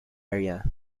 area